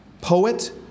Poet